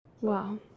Wow